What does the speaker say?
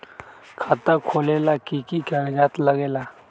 खाता खोलेला कि कि कागज़ात लगेला?